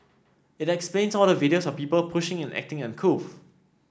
it explains all the videos of people pushing and acting uncouth